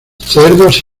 cerdos